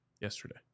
yesterday